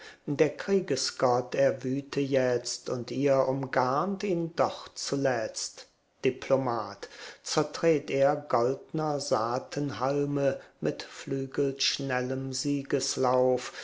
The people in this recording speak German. der kriegesgott er wüte jetzt und ihr umgarnt ihn doch zuletzt diplomat zertret er goldner saaten halme mit flügelschnellem